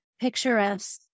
picturesque